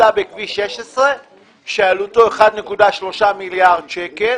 כביש שעלותו 1.3 מיליארד שקלים